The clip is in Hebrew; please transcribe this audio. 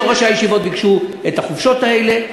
לא ראשי הישיבות ביקשו את החופשות האלה,